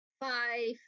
five